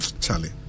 Charlie